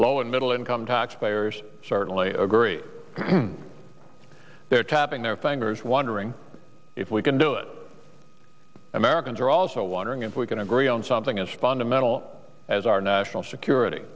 low and middle income taxpayers certainly agree they're tapping their fingers wondering if we can do it americans are also wondering if we can agree on something as fundamental as our national security